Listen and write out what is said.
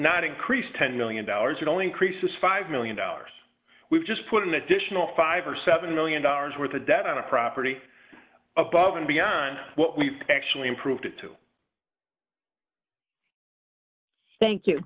not increase ten million dollars it only increases five million dollars we've just put an additional five or seven million dollars worth of debt on a property above and beyond what we actually improved it to thank you